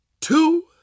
two